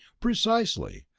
precisely.